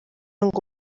ngo